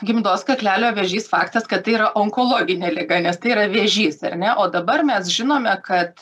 gimdos kaklelio vėžys faktas kad tai yra onkologinė liga nes tai yra vėžys ar ne o dabar mes žinome kad